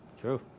True